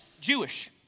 Jewish